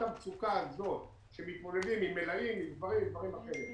המצוקה הזו כאשר מתמודדים עם מלאים ודברים אחרים.